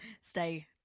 stay